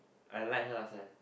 I like her last time